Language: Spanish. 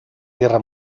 guerra